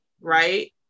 right